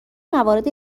موارد